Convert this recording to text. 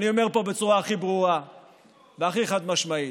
אני אומר פה בצורה הכי ברורה והכי חד-משמעית: